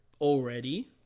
already